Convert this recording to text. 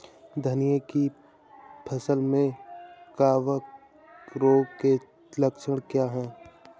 धनिया की फसल में कवक रोग के लक्षण क्या है?